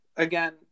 Again